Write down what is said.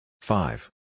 five